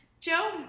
Joe